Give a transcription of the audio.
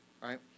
right